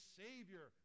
savior